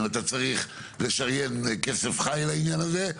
האם אתה צריך לשריין כסף חי לעניין הזה,